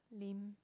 lame